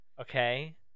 Okay